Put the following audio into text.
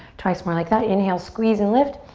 twice more like that. inhale, squeeze and lift.